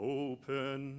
open